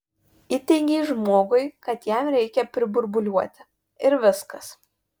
įteigei žmogui kad jam reikia priburbuliuoti ir viskas